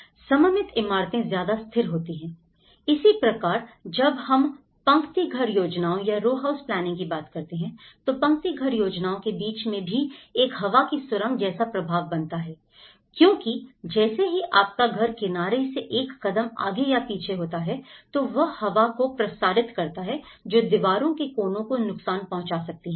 सममित इमारतें ज्यादा स्थिर होती हैं इसी प्रकार जब हम पंक्ति घर योजनाओं या row house planning की बात करते हैं तो पंक्ति घर योजनाओं के बीच में भी एक हवा की सुरंग जैसा प्रभाव बनता है क्योंकि जैसे ही आपका घर किनारे से एक कदम आगे या पीछे होता है तो वह हवा को प्रसारित करता है जो दीवारों के कोनों को नुकसान पहुंचा सकती हैं